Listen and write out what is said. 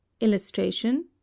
Illustration